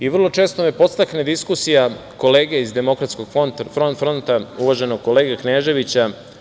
Vrlo često me podstakne diskusija kolege iz Demokratskog fronta, uvaženog kolege Kneževića.